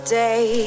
day